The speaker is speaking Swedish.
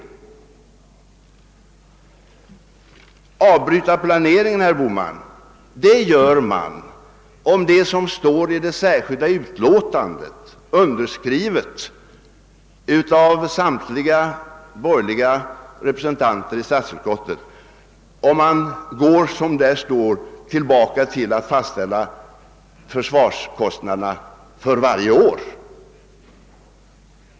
Man avbryter planeringen, herr Bohman, om man, som det står i det särskilda yttrande som avgivits av samtliga borgerliga representanter i statsutskottet, återgår till att fastställa försvarskostnaderna för varje år.